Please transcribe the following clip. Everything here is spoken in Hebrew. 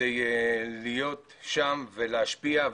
כדי להיות שם ולהשפיע,